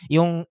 Yung